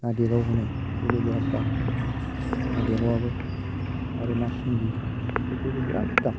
ना देगाव होनो बेबो बिराथ दाम ना देगावआबो आरो ना सिंगि बेफोरबो बिराथ दाम